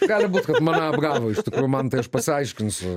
gali būt kad mane apgavo iš tikrųjų mantai aš pasiaiškinsiu